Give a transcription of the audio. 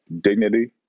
dignity